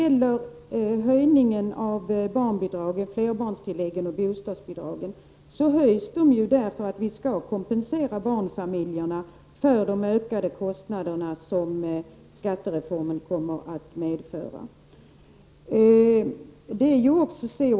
Barnbidragen, flerbarnstilläggen och bostadsbidragen höjs för att kompensera barnfamiljerna för de ökade kostnader som skattereformen kommer att medföra.